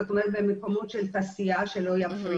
זאת אומרת במוקמות של תעשיה, שלא יפריעו.